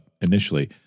initially